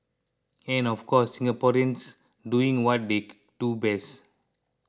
and of course Singaporeans doing what they do best